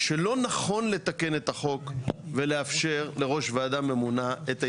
שלא נכון לתקן את החוק ולאפשר לראש ועדה ממונה את ההתמודדות.